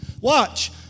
Watch